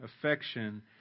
affection